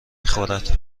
خورد